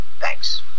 Thanks